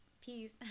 peace